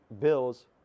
bills